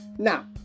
Now